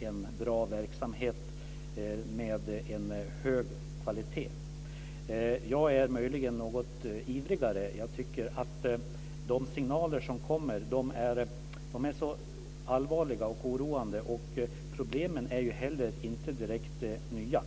en bra verksamhet med en hög kvalitet. Jag är möjligen något ivrigare. Jag tycker att de signaler som kommer är så allvarliga och oroande. Problemen är heller inte direkt nya.